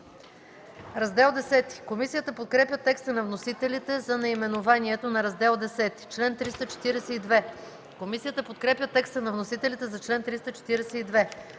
за чл. 356. Комисията подкрепя текста на вносителите за наименованието на Раздел ІV. Комисията подкрепя текста на вносителите за чл. 357.